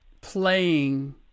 playing